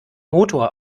motor